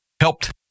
helped